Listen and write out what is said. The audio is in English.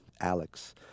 Alex